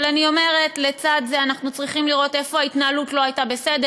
אבל אני אומרת: לצד זה אנחנו צריכים לראות איפה ההתנהלות לא הייתה בסדר,